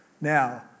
now